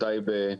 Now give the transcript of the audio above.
טייבה,